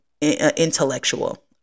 intellectual